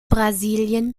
brasilien